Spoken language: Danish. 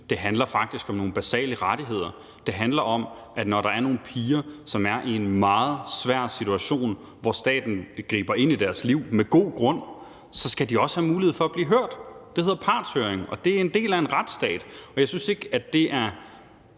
Det handler faktisk om nogle basale rettigheder. Det handler om, at når der er nogle piger, som er i en meget svær situation, hvor staten griber ind i deres liv med god grund, så skal de også have mulighed for at blive hørt. Det hedder partshøring, og det er en del af en retsstat. Jeg synes, det er